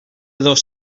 dos